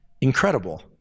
incredible